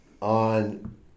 on